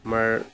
আমাৰ